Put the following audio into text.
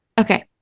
Okay